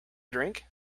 drink